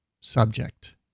subject